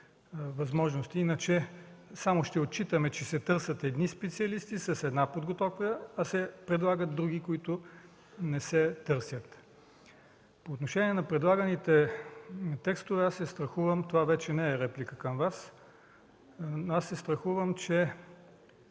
възможности, иначе само ще отчитаме, че се търсят едни специалисти, с една подготовка, а се предлагат други, които не се търсят. По отношение на предлаганите текстове се страхувам – това вече не е реплика към Вас, че връзката